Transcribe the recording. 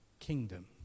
Kingdom